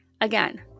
again